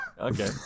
Okay